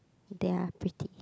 they are pretty